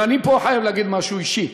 ופה אני חייב להגיד משהו אישי.